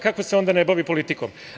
Kako se onda ne bavi politikom?